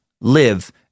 live